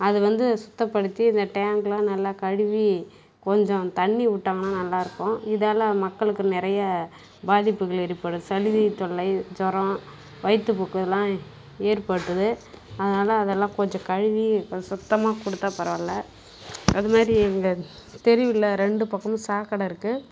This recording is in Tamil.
அது வந்து சுத்தப்படுத்தி இந்த டேங்க்கெலாம் நல்லா கழுவி கொஞ்சம் தண்ணி விட்டாங்கன்னா நல்லாயிருக்கும் இதால் மக்களுக்கு நிறைய பாதிப்புகள் ஏற்படுது சளித்தொல்லை ஜூரம் வயிற்றுப்போக்குலாம் ஏற்படுத்துது அதனால அதெல்லாம் கொஞ்சம் கழுவி சுத்தமாக கொடுத்தா பரவாயில்ல அதுமாதிரி எங்கள் தெருவில் ரெண்டு பக்கமும் சாக்கடை இருக்குது